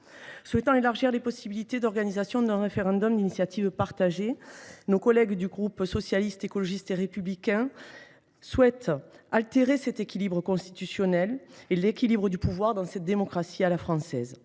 Souhaitant élargir les possibilités d’organisation d’un référendum d’initiative partagée, nos collègues du groupe Socialiste, Écologiste et Républicain proposent d’altérer cet équilibre constitutionnel des pouvoirs caractéristique de notre « démocratie à la française